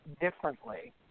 differently